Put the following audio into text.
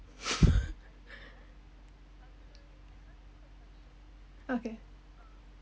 okay